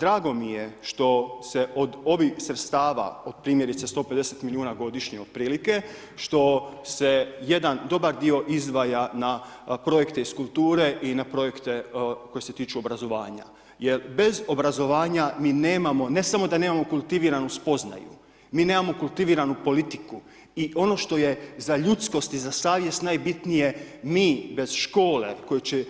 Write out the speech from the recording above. Drago mi je što se od ovih sredstava od primjerice 150 milijuna godišnje otprilike što se jedan dobar dio izdvaja na projekte iz kulture na projekte koji se tiču obrazovanja jer bez obrazovanja mi nemamo ne samo da nemamo kultiviranu spoznaju, mi nemamo kultiviranu politiku i ono što je za ljudskost i savjest najbitnije, mi bez škole koja će